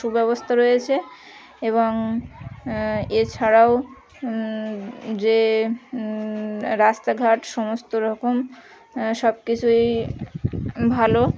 সুব্যবস্থা রয়েছে এবং এছাড়াও যে রাস্তাঘাট সমস্ত রকম সবকিছুই ভালো